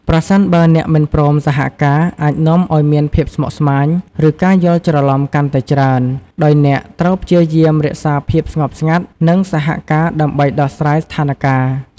ប្រសិនបើអ្នកមិនព្រមសហការអាចនាំឱ្យមានភាពស្មុគស្មាញ ឬការយល់ច្រឡំកាន់តែច្រើន ដោយអ្នកត្រូវព្យាយាមរក្សាភាពស្ងប់ស្ងាត់ និងសហការដើម្បីដោះស្រាយស្ថានការណ៍។